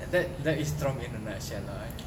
and that that is trump in a nutshell lah eh